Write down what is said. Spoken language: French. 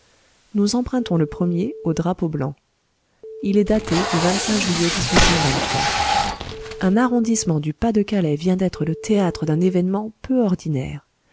nous empruntons le premier au drapeau blanc il est daté du juillet un arrondissement du pas-de-calais vient d'être le théâtre d'un événement peu ordinaire